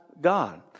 God